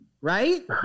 right